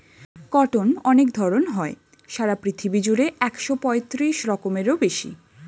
cotton অনেক ধরণ হয়, সারা পৃথিবী জুড়ে একশো পঁয়ত্রিশ রকমেরও বেশি